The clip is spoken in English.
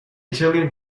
italian